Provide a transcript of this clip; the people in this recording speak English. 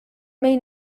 may